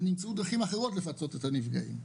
אך נמצאו דרכים אחרות לפצות את הנפגעים.